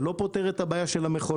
זה לא פותר את הבעיה של המכולות,